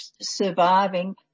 surviving